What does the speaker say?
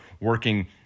working